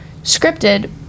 scripted